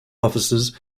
offices